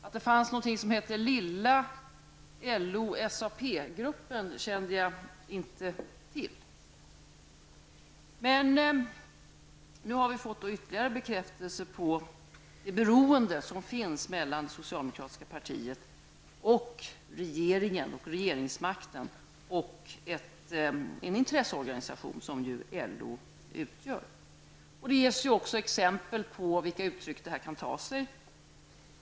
Att det fanns något som hette lilla LO/SAP-gruppen kände jag inte till. Men nu har vi fått ytterligare bekräftelse på det beroende som finns mellan det socialdemokratiska partiet och regeringen och regeringsmakten och en intresseorganisation som ju LO utgör. Det ges i Feldts bok också exempel på vilka uttryck detta kan ta sig.